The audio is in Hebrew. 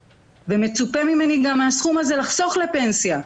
ומצופה ממני גם מהסכום הזה לחסוך לפנסיה.